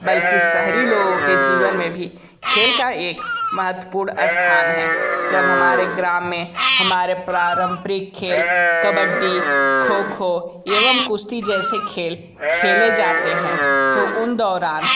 बल्कि शहरी लोगों के जीवन में भी खेल का एक महत्वपूर्ण स्थान है जब हमारे ग्राम में हमारे पारंपरिक खेल कबड्डी खो खो एवं कुश्ती जैसे खेल खेले जाते हैं तो उन दौरान